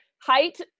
height